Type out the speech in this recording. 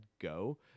go